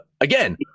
again